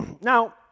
Now